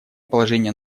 положение